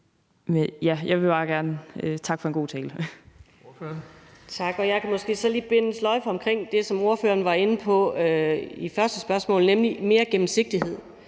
jeg vil bare gerne takke for en god tale.